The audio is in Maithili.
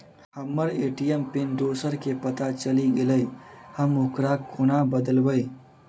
हम्मर ए.टी.एम पिन दोसर केँ पत्ता चलि गेलै, हम ओकरा कोना बदलबै?